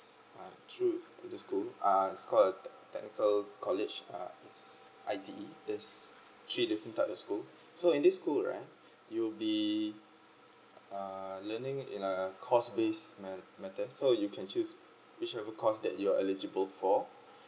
uh through the school uh it's called tec~ technical college uh I_D that's three different type of school so in this school right you will be uh learning in a course base me~ method so you can choose whichever course that you're eligible for